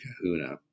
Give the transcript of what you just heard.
kahuna